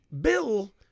Bill